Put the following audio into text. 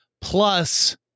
plus